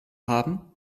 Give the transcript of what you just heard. haben